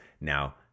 Now